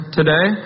today